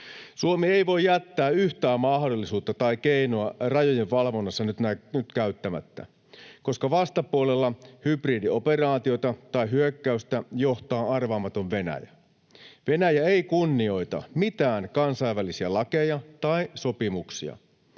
Suomi ei voi jättää yhtään mahdollisuutta tai keinoa rajojen valvonnassa nyt käyttämättä, koska vastapuolella hybridioperaatiota tai ‑hyökkäystä johtaa arvaamaton Venäjä. Venäjä ei kunnioita mitään kansainvälisiä lakeja tai sopimuksia.